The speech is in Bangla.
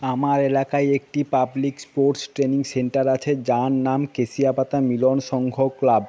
আমার এলাকায় একটি পাবলিক স্পোর্টস ট্রেনিং সেন্টার আছে যার নাম কেশিয়াপাতা মিলন সংঘ ক্লাব